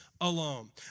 alone